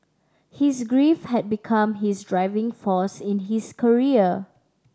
his grief had become his driving force in his career